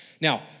Now